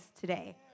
today